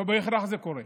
לא בהכרח זה קורה.